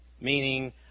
Meaning